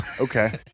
Okay